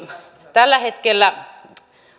tällä hetkellä